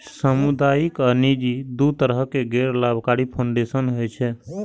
सामुदायिक आ निजी, दू तरहक गैर लाभकारी फाउंडेशन होइ छै